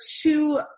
two